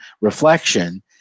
reflection